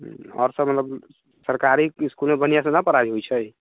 आओर सब मतलब सरकारी इसकुलमे बढ़िआँसँ नहि पढ़ाइ होइ छै